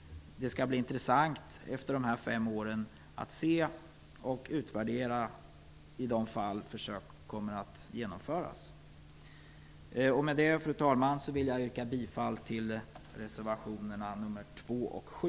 Det skall bli intressant att utvärdera den efter fem år i de fall då försök genomförs. Med detta, fru talman, vill jag yrka bifall till reservationerna 2 och 7.